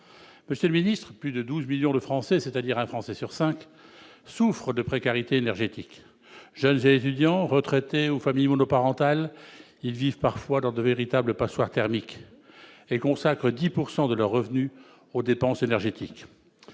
le Parlement. Plus de 12 millions de Français, c'est-à-dire un Français sur cinq, souffrent de précarité énergétique. Jeunes et étudiants, retraités ou familles monoparentales, ils vivent dans de véritables passoires thermiques et consacrent 10 % de leurs revenus aux dépenses énergétiques.